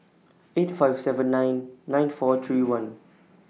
eight five seven nine nine four three one